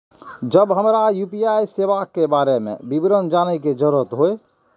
जब हमरा यू.पी.आई सेवा के बारे में विवरण जानय के जरुरत होय?